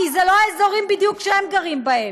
כי אלה לא בדיוק האזורים שהם גרים בהם,